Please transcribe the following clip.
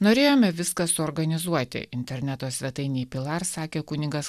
norėjome viską suorganizuoti interneto svetainėj pilar sakė kunigas